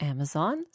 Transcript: Amazon